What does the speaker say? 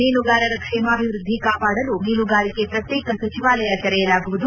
ಮೀನುಗಾರರ ಕ್ಷೇಮಾಭಿವೃದ್ದಿ ಕಾಪಾಡಲು ಮೀನುಗಾರಿಕೆ ಪ್ರತ್ಯೇಕ ಸಚಿವಾಲಯ ತೆರೆಯಲಾಗುವುದು